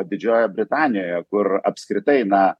didžiojoje britanijoje kur apskritai na